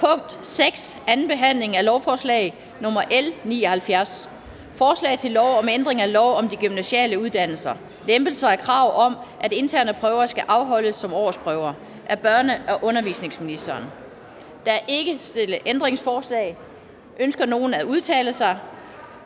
er: 6) 2. behandling af lovforslag nr. L 79: Forslag til lov om ændring af lov om de gymnasiale uddannelser. (Lempelse af krav om, at interne prøver skal afholdes som årsprøver). Af børne- og undervisningsministeren (Pernille Rosenkrantz-Theil).